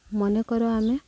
ମନେକର ଆମେ